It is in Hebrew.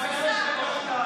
שמענו.